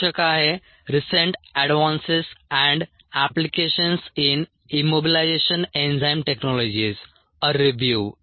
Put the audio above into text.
शीर्षक आहे recent advances and applications in immobilization enzyme technologies a review